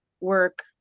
work